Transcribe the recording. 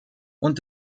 und